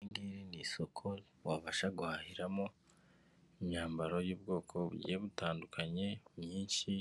Iri ngiri ni isoko wabasha guhahiramo imyambaro y'ubwoko butandukanye myinshi,